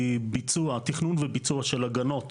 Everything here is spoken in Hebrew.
היא תכנון וביצוע של הגנות